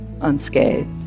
unscathed